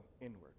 inward